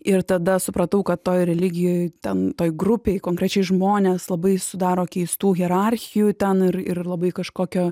ir tada supratau kad toj religijoj ten toj grupėj konkrečiai žmonės labai sudaro keistų hierarchijų ten ir ir labai kažkokio